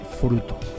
fruto